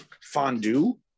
fondue